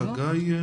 אתנו